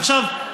עכשיו,